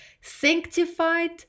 sanctified